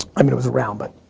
i mean it was around but,